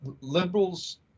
liberals